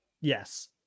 yes